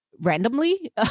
randomly